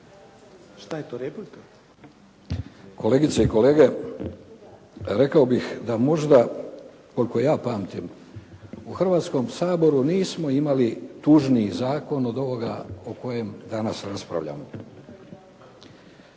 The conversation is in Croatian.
Davorko (SDP)** Kolegice i kolege, rekao bih da možda, koliko ja pamtim, u Hrvatskom saboru nismo imali tužniji zakon od ovoga o kojem danas raspravljamo.